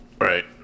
Right